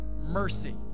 mercy